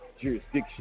jurisdiction